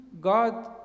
god